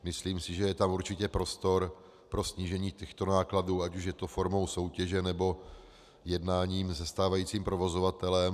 Myslím si, že je tam určitě prostor pro snížení těchto nákladů, ať už je to formou soutěže, nebo jednáním se stávajícím provozovatelem.